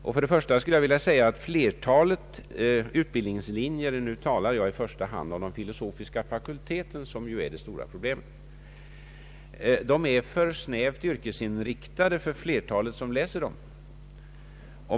För det första är flertalet utbildningslinjer — jag talar i första hand om den filosofiska fakulteten som är det stora problemet — för snävt yrkesinriktade för de flesta studerande.